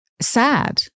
Sad